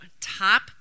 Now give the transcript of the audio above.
top